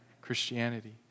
Christianity